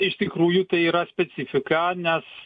iš tikrųjų tai yra specifika nes